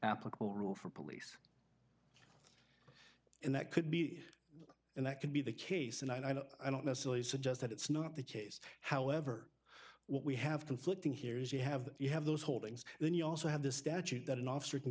applicable rule for police and that could be and that could be the case and i don't i don't necessarily suggest that it's not the case however what we have conflicting here is you have you have those holdings then you also have the statute that an officer can